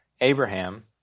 Abraham